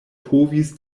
povis